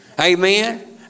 Amen